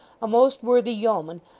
a most worthy yeoman,